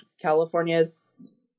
California's